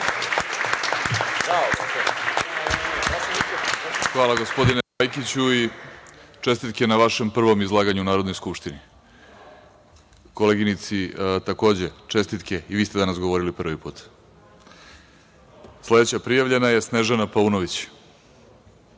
Hvala, gospodine Pajkiću, i čestitke na vašem prvom izlaganju u Narodnoj skupštini. Koleginici takođe čestitke, i vi ste danas govorili prvi put. Sledeća prijavljena je Snežana Paunović. Izvolite.